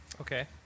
okay